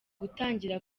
gutangira